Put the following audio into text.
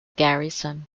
garrison